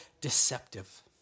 deceptive